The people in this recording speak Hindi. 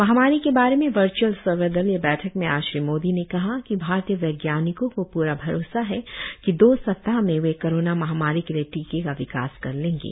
महामारी के बारे में वर्च्अल सर्वदलीय बैठक में आज श्री मोदी ने कहा कि भारतीय वैज्ञानिकों को प्रा भरोसा है कि दो सप्ताह में वे कोरोना महामारी के लिए टीके का विकास कर लेंगे